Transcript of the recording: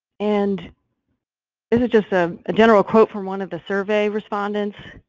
and this is just a general quote from one of the survey respondents.